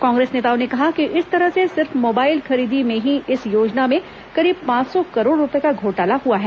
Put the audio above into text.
कांग्रेस नेताओं ने कहा कि इस तरह से सिर्फ मोबाइल खरीदी में ही इस योजना में करीब पांच सौ करोड़ रूपये का घोटाला हुआ है